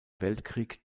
weltkrieg